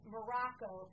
Morocco